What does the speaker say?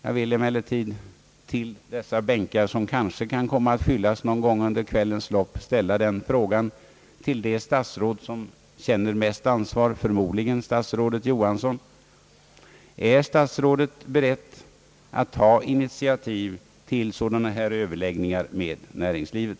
Jag vill emellertid till dessa bänkar, som kanske kan komma att fyllas under kvällens lopp, ställa den frågan till det statsråd som känner mest ansvar för detta, förmodligen statsrådet Johansson: Är statsrådet beredd att ta initiativ till sådana här överläggningar med näringslivet?